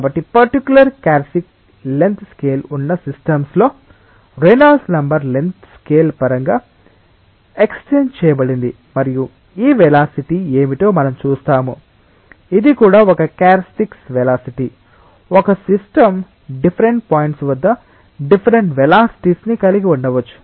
కాబట్టి particular characteristic length scale ఉన్న సిస్టమ్స్లో రేనాల్డ్స్ నెంబర్ లెంగ్త్ స్కేల్ పరంగా ఎక్స్ప్రెస్ చేయబడింది మరియు ఈ వెలాసిటీ ఏమిటో మనం చూస్తాము ఇది కూడా ఒక క్యారెక్టర్స్టిక్ వెలాసిటీ ఒక సిస్టం డిఫ్ఫరెంట్ పాయింట్స్ వద్ద డిఫ్ఫరెంట్ వెలాసిటీస్ ని కలిగి ఉండవచ్చు